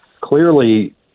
Clearly